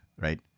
right